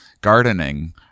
gardening